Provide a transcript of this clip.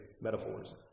metaphors